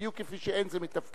בדיוק כפי שאין זה מתפקידי,